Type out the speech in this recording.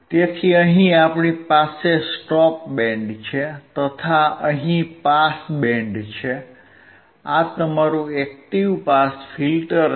તેથી અહિ આપણી પાસે સ્ટોપ બેન્ડ છે તથા અહીં પાસ બેન્ડ છે આ તમારું એક્ટીવ પાસ ફિલ્ટર છે